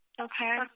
okay